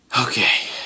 Okay